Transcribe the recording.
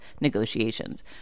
negotiations